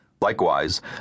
Likewise